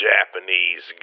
Japanese